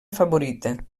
favorita